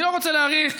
אני לא רוצה להאריך,